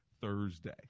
Thursday